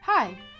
Hi